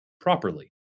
properly